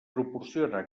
proporciona